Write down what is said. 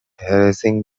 harassing